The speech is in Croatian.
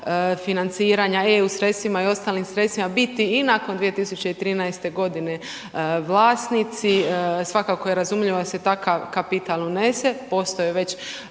financiranja, EU sredstvima i ostalim sredstvima biti i nakon 2013. godine vlasnici, svakako je razumljivo da se takav kapital unese. Postoje već